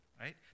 right